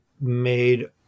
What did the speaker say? made